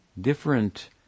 different